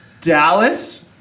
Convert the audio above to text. Dallas